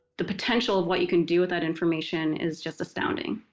the potential of what you can do with that information is just astounding.